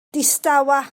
distawa